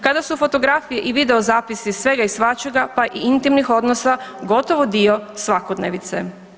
Kada su fotografije i videozapisi svega i svačega, pa i intimnih odnosa gotovo dio svakodnevice.